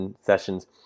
sessions